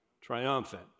triumphant